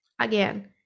again